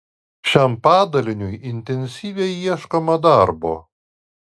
šiam padaliniui intensyviai ieškoma darbo